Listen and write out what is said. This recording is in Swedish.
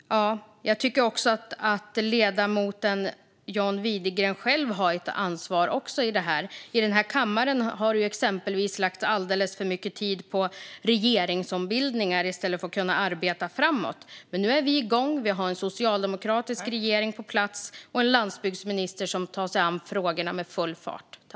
Jag tycker att ledamoten John Widegren också har ett ansvar i fråga om detta. I denna kammare har han exempelvis lagt alldeles för mycket tid på regeringsombildningar i stället för att arbeta framåt. Men nu är vi igång. Vi har en socialdemokratisk regering på plats och en landsbygdsminister som med full fart tar sig an frågorna.